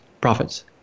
profits